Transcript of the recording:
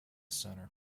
centre